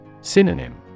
Synonym